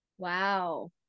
Wow